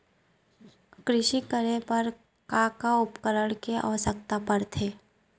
कृषि करे बर का का उपकरण के आवश्यकता परथे?